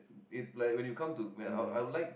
it like when you come to when I'll I'll like